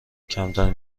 کمترین